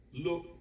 look